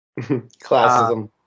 Classism